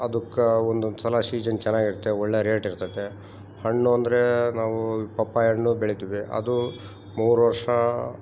ಅದಕ್ಕೆ ಒಂದೊಂದು ಸಲ ಸೀಜನ್ ಚೆನ್ನಾಗಿ ಇರತ್ತೆ ಒಳ್ಳೆಯ ರೇಟ್ ಇರತೈತೆ ಹಣ್ಣು ಅಂದರೆ ನಾವು ಪಪ್ಪಾಯ ಹಣ್ಣು ಬೆಳಿತೀವಿ ಅದು ಮೂರು ವರ್ಷ